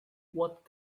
what